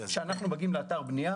כאשר אנחנו מגיעים לאתר בנייה